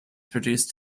produced